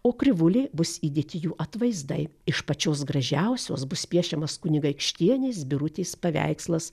o krivulėj bus įdėti jų atvaizdai iš pačios gražiausios bus piešiamas kunigaikštienės birutės paveikslas